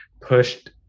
pushed